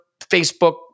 Facebook